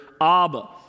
Abba